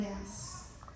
yes